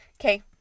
Okay